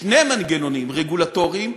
שני מנגנונים רגולטוריים,